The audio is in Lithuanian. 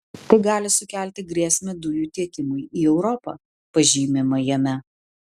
tai gali sukelti grėsmę dujų tiekimui į europą pažymima jame